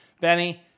Benny